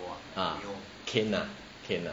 cane ah cane ah